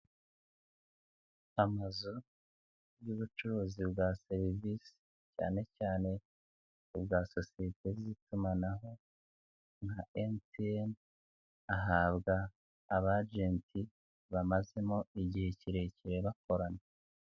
Amazu y'ubucuruzi bwa serivisi cyane cyane ubwa sosiyete z'itumanaho nka MTN, ahabwa abagenti bamazemo igihe kirekire bakorana.